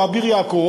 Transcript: או אביר-יעקב,